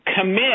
commit